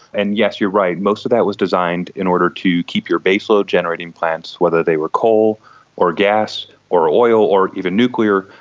and yes, you're right, most of that was designed in order to keep your baseload generating plants, whether they were coal or gas or oil or even nuclear,